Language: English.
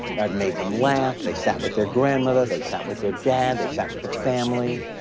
i've made them laugh, they sat with their grandmother, they sat with their dad, they sat with the family,